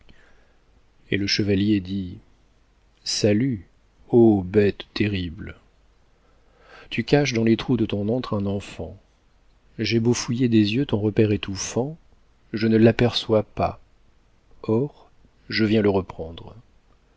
et le chevalier dit salut ô bête terrible tu caches dans les trous de ton antre un enfant j'ai beau fouiller des yeux ton repaire étouffant je ne l'aperçois pas or je viens le reprendre